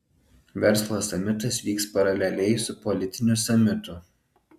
verslo samitas vyks paraleliai su politiniu samitu